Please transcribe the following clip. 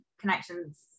connections